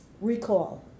recall